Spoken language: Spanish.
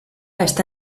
está